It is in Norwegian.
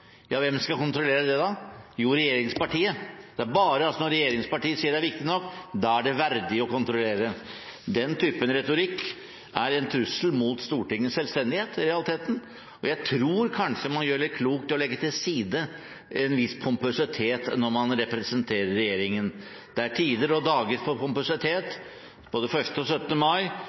Hvem skal kontrollere det, da? Jo, regjeringspartiet! Det er bare når regjeringspartiet sier det er viktig nok, at det er verdig å kontrollere. Den typen retorikk er i realiteten en trussel mot Stortingets selvstendighet, og jeg tror kanskje man gjør klokt i å legge til side en viss pompøsitet når man representerer regjeringen. Det er tider og dager for pompøsitet – både 1. og 17. mai